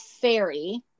fairy